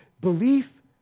Belief